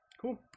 Cool